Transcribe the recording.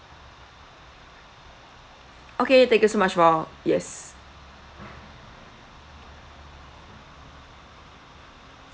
okay thank you so much for yes